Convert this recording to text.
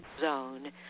zone